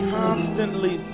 constantly